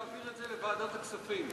להעביר את זה לוועדת הכספים.